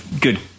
good